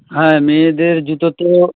হ্যাঁ মেয়েদের জুতো তো